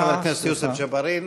חבר הכנסת יוסף ג'בארין.